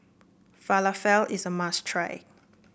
Falafel is a must try